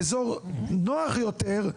באזור נוח יותר,